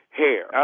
hair